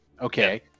Okay